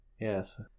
yes